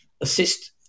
assist